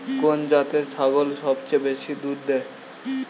কোন জাতের ছাগল সবচেয়ে বেশি দুধ দেয়?